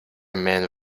men